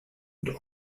und